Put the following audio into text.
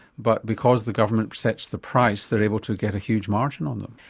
but because the government sets the price they're able to get a huge margin on them.